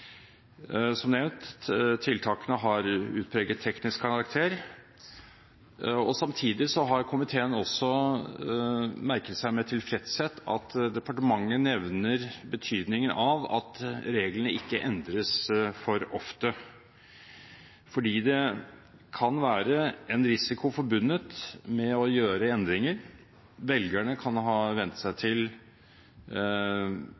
Som nevnt, tiltakene har utpreget teknisk karakter, og samtidig har komiteen også merket seg med tilfredshet at departementet nevner betydningen av at reglene ikke endres for ofte, fordi det kan være en risiko forbundet med å gjøre endringer. Velgerne kan ha vent seg til